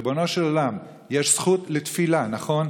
ריבונו של עולם, יש זכות לתפילה, נכון?